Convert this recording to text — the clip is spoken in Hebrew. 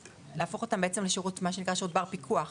להפוך אותן למה שנקרא "שירות בר פיקוח".